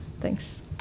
Thanks